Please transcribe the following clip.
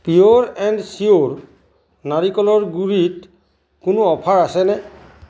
pure and Sure নাৰিকলৰ গুড়িত কোনো অফাৰ আছেনে